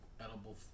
edible